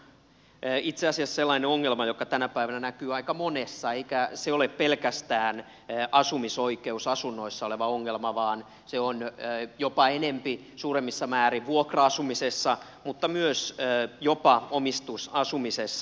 se on itse asiassa sellainen ongelma joka tänä päivänä näkyy aika monessa eikä se ole pelkästään asumisoikeusasunnoissa oleva ongelma vaan se on jopa enempi suuremmassa määrin vuokra asumisessa mutta myös jopa omistusasumisessa